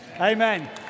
Amen